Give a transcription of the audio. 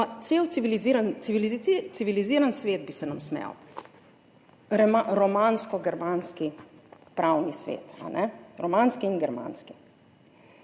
cel civiliziran svet bi smejal, romansko-germanski pravni svet. Romanski in germanski.